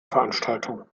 veranstaltung